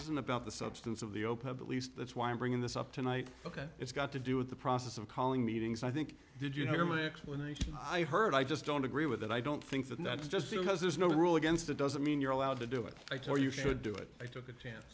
isn't about the substance of the open at least that's why i'm bringing this up tonight ok it's got to do with the process of calling meetings i think did you hear my explanation i heard i just don't agree with it i don't think that that's just because there's no rule against it doesn't mean you're allowed to do it i tell you should do it i took a chance